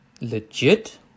legit